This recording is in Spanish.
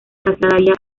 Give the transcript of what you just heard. trasladaría